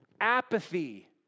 apathy